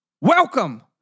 Welcome